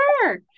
sure